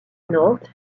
north